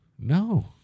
No